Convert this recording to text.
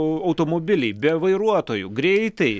auautomobiliai be vairuotojų greitai